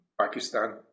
pakistan